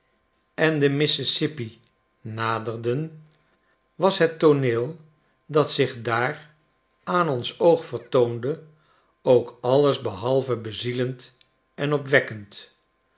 en den mississippi naderden was het tooneel dat zich daar aan ons oog vertoonde ook alles behalve bezielend en opwekkend